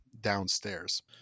downstairs